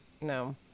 no